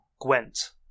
Gwent